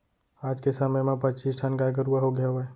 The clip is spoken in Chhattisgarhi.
आज के समे म पच्चीस ठन गाय गरूवा होगे हवय